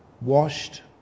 Washed